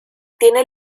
tiene